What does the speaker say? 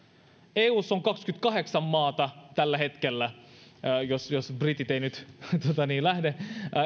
eussa on kaksikymmentäkahdeksan maata tällä hetkellä jos britit eivät nyt lähde